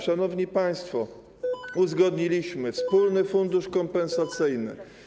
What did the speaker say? Szanowni państwo, uzgodniliśmy wspólny fundusz kompensacyjny.